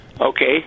Okay